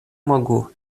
могу